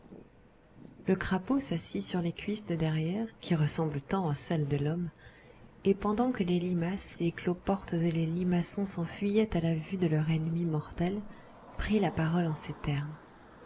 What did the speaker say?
le crapaud s'assit sur les cuisses de derrière qui ressemblent tant à celles de l'homme et pendant que les limaces les cloportes et les limaçons s'enfuyaient à la vue de leur ennemi mortel prit la parole en ces termes